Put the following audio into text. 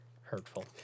Hurtful